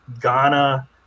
Ghana